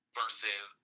versus